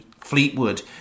Fleetwood